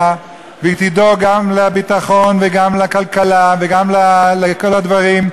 ותדאג גם לביטחון וגם לכלכלה וגם לכל הדברים,